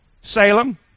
Salem